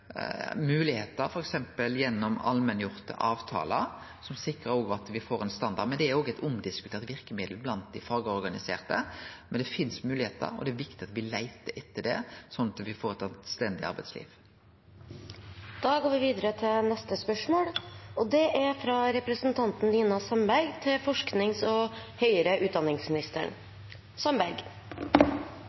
gjennom allmenngjorde avtalar, som sikrar at me får ein standard. Det er eit omdiskutert verkemiddel blant dei fagorganiserte, men det finst moglegheiter, og det er viktig at me leiter etter det, sånn at me får eit anstendig arbeidsliv. «Regjeringen hevder at ABE-reformen har bidratt til realvekst for universiteter og høgskoler. Det er